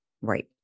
Right